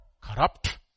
Corrupt